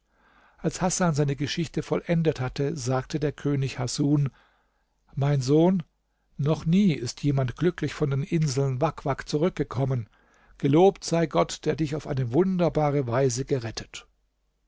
als hasan seine geschichte vollendet hatte sagte der könig hasun mein sohn noch nie ist jemand glücklich von den inseln wak wak zurückgekommen gelobt sei gott der dich auf eine wunderbare weise gerettet